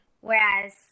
Whereas